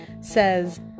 Says